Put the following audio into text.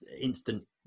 instant